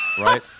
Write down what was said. Right